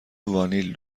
وانیل